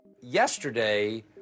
Yesterday